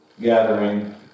gathering